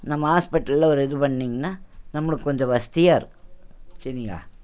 நம்ம ஆஸ்பிட்டல்ல ஒரு இது பண்ணிங்கன்னா நம்மளுக்கு கொஞ்சம் வசதியாருக்கும் சரியா